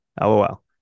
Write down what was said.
LOL